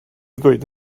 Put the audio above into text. ddweud